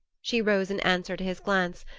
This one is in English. she rose in answer to his glance,